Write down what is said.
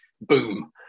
boom